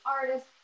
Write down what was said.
artist